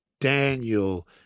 Daniel